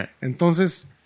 Entonces